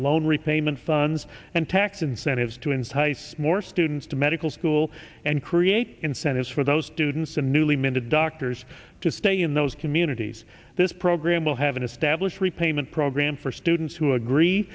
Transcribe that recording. loan repayment funds and tax incentives to entice more students to medical school and create incentives for those students and newly minted doctors to stay in those communities this program will have an established repayment program for students who agree